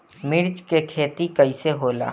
मिर्च के खेती कईसे होला?